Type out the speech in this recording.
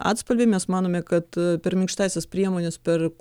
atspalvį mes manome kad per minkštąsias priemones per